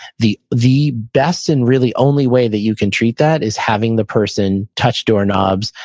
the the best and really only way that you can treat that is having the person touch doorknobs,